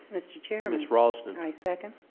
mr. chairman. miss raulston? i second.